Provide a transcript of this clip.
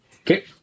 Okay